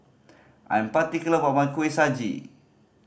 I'm particular about my Kuih Suji